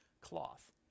cloth